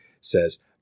says